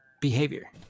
behavior